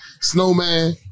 Snowman